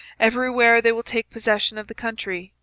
everywhere they will take possession of the country,